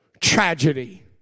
tragedy